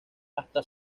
hasta